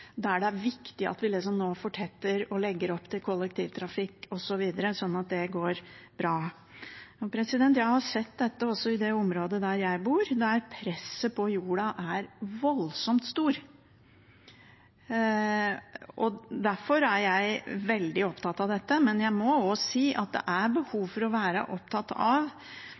der det er viktig at vi nå fortetter og legger opp til kollektivtrafikk osv., sånn at det går bra. Jeg har sett dette også i det området der jeg bor, der presset på jorda er voldsomt stort, og derfor er jeg veldig opptatt av dette. Men jeg må også si at det er behov for å være opptatt av